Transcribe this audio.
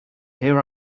here